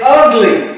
ugly